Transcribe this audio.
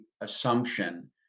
assumption